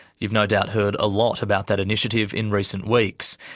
you've no doubt heard a lot about that initiative in recent weeks.